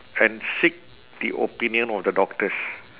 and seek the opinion of the doctors